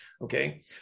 Okay